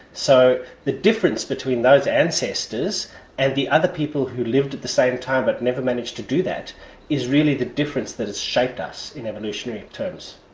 so the difference between those ancestors and the other people who lived at the same time but never managed to do that is really the difference that has shaped us in evolutionary terms.